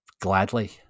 gladly